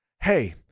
hey